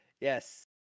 yes